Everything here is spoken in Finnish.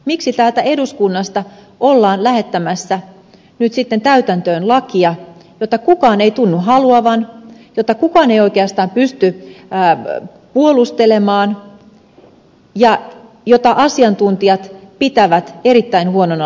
miksi täältä eduskunnasta ollaan lähettämässä nyt täytäntöönpanoon lakia jota kukaan ei tunnu haluavan jota kukaan ei oikeastaan pysty puolustelemaan ja jota asiantuntijat pitävät erittäin huonona lakina